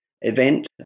event